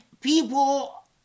people